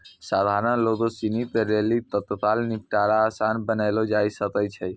सधारण लोगो सिनी के लेली तत्काल निपटारा असान बनैलो जाय सकै छै